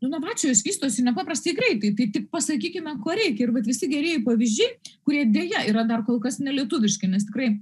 inovacijos vystosi nepaprastai greitai tai tik pasakykime ko reikia ir vat visi gerieji pavyzdžiai kurie deja yra dar kol kas nelietuviški nes tikrai